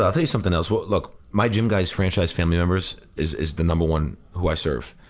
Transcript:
ah i'll tell you something else. look, my gymguyz franchise family members is is the number one who i serve.